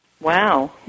Wow